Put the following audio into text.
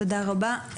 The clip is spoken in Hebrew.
תודה רבה.